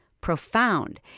profound